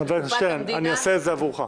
חבר הכנסת שטרן, אני עושה את זה עבורך.